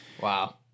Wow